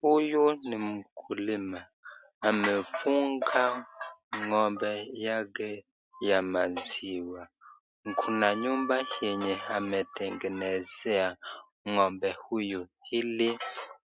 Huyu ni mkulima amefuga ng'ombe yake ya maziwa . Kuna nyumba yenye ametengenezea ngombe huyu ili